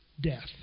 death